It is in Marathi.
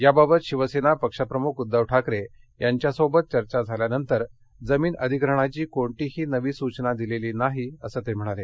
याबाबत शिवसेना पक्ष प्रमुख उद्दव ठाकरे यांच्याशी चर्चा झाल्यानंतर जमीन अधिग्रहणाची कोणतीही नवी सूचना दिलेली नाही असं ते म्हणाले